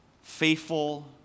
faithful